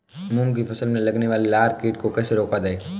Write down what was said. मूंग की फसल में लगने वाले लार कीट को कैसे रोका जाए?